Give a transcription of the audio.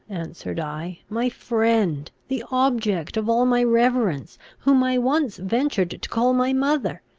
answered i, my friend! the object of all my reverence! whom i once ventured to call my mother!